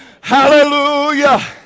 Hallelujah